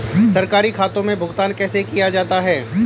सरकारी खातों में भुगतान कैसे किया जाता है?